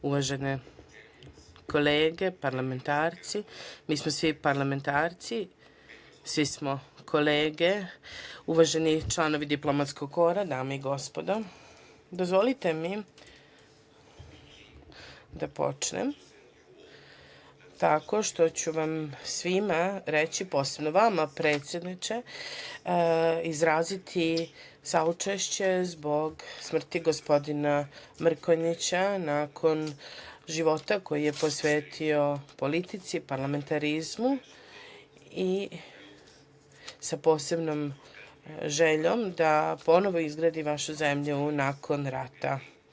Uvažene kolege, parlamentarci, mi smo svi parlamentarci, svi smo kolege, uvaženi članovi diplomatskog kora, dame i gospodo, dozvolite mi da počnem tako što ću vam svima, posebno vama, predsedniče, izraziti saučešće zbog smrti gospodina Mrkonjića nakon života koji je posvetio politici, parlamentarizmu i sa posebnom željom da ponovo izgradi vašu zemlju nakon rata.